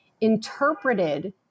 interpreted